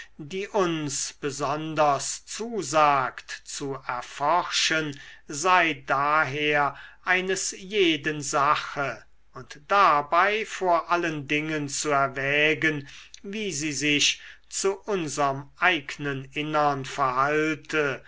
die uns besonders zusagt zu erforschen sei daher eines jeden sache und dabei vor allen dingen zu erwägen wie sie sich zu unserm eignen innern verhalte